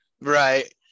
Right